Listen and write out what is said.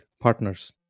Partners